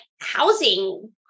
housing